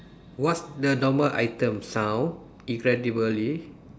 what's the normal item sound incredibly